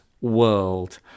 world